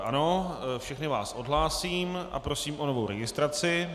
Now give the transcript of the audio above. Ano, všechny vás odhlásím a prosím o novou registraci.